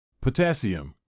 Potassium